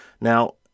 Now